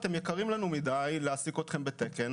יקר לנו מדי להעסיק אתכם בתקן,